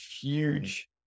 huge